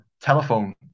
telephone